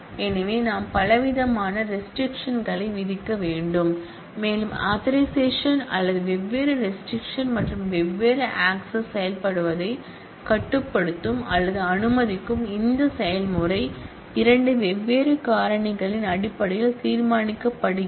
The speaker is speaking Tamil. எனவே நாம் பலவிதமான ரெஸ்ட்ரிக்க்ஷன் களை விதிக்க வேண்டும் மேலும் ஆதரைசேஷன் அல்லது வெவ்வேறு ரெஸ்ட்ரிக்க்ஷன் மற்றும் வெவ்வேறு ஆக்ஸஸ் செயல்படுவதை கட்டுப்படுத்தும் அல்லது அனுமதிக்கும் இந்த செயல்முறை இரண்டு வெவ்வேறு காரணிகளின் அடிப்படையில் தீர்மானிக்கப்படுகிறது